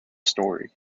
story